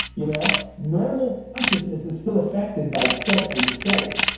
you know. normal consciousness is still affected by set and setting.